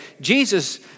Jesus